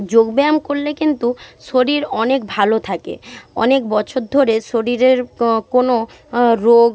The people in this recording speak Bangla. যোগ ব্যায়াম করলে কিন্তু শরীর অনেক ভালো থাকে অনেক বছর ধরে শরীরের কোনো রোগ